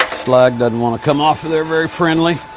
slag doesn't want to come off of there very friendly.